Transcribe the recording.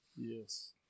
Yes